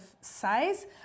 size